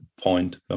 point